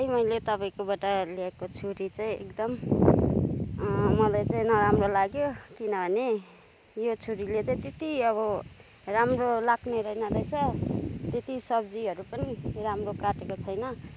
भाइ मैले तपाईँकोबाट ल्याएको छुरी चाहिँ एकदम मलाई चाहिँ नराम्रो लाग्यो किनभने यो छुरीले चाहिँ त्यति अब राम्रो लाग्ने रहेन रहेछ त्यति सब्जीहरू पनि राम्रो काटेको छैन